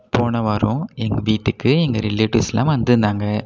போன வாரம் எங்கள் வீட்டுக்கு எங்கள் ரிலேட்டிவ்ஸ்லாம் வந்துருந்தாங்க